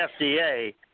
FDA